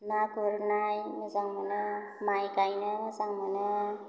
ना गुरनाय मोजां मोनो माय गायनो मोजां मोनो